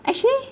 actually